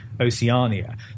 Oceania